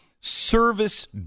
service